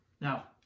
Now